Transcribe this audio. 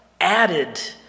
Added